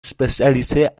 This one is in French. spécialisé